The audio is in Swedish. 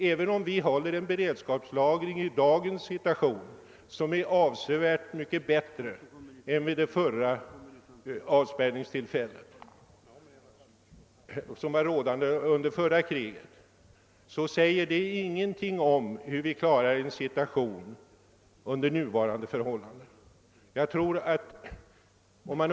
även om vi i dag har beredskapslager som är avsevärt större än vid det förra avspärrningstillfället, alltså under det senaste kriget, säger detta ingenting om hur vi skulle klara en liknande situation som då.